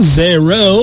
zero